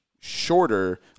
shorter